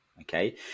okay